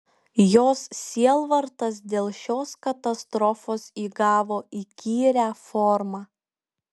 jos sielvartas dėl šios katastrofos įgavo įkyrią formą